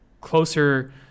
closer